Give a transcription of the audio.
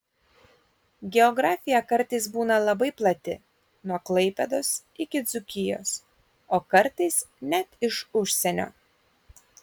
geografija kartais būna labai plati nuo klaipėdos iki dzūkijos o kartais net iš užsienio